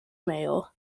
mayor